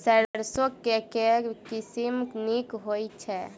सैरसो केँ के किसिम नीक होइ छै?